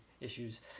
issues